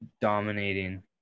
dominating